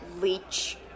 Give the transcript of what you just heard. leech